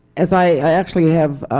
as i actually have